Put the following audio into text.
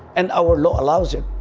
and our law allows it.